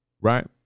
Right